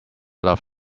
love